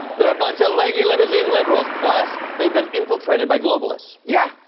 they're a bunch of leggy limousine liberals. plus, they've been infiltrated by globalists. yeah,